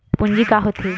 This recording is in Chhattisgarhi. पूंजी का होथे?